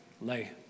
lay